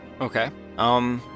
Okay